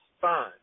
fine